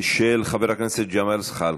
של חבר הכנסת ג'מאל זחאלקה.